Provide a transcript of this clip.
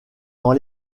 dans